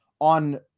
on